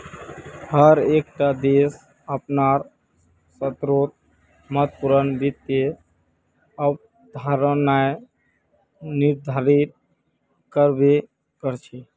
हर एक टा देश अपनार स्तरोंत महत्वपूर्ण वित्त अवधारणाएं निर्धारित कर बे करछे